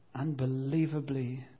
unbelievably